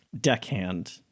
deckhand